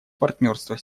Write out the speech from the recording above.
партнерство